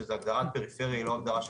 ששם הגדרת הפריפריה היא לא ההגדרה שאמרת.